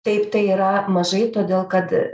taip tai yra mažai todėl kad